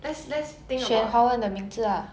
let's let's think about